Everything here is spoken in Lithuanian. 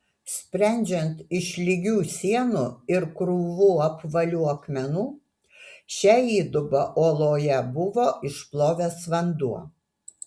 sprendžiant iš lygių sienų ir krūvų apvalių akmenų šią įdubą uoloje buvo išplovęs vanduo